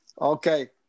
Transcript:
Okay